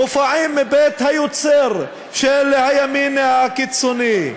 מופעים מבית היוצר של הימין הקיצוני.